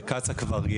בקצא"א יש כבר,